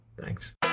Thanks